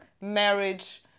marriage